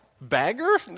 bagger